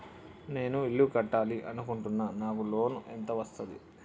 నేను ఇల్లు కట్టాలి అనుకుంటున్నా? నాకు లోన్ ఎంత వస్తది?